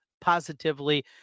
positively